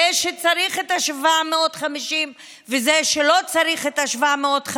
זה שצריך את ה-750 וזה שלא צריך את ה-750,